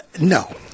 No